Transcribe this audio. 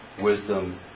wisdom